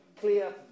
clear